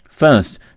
First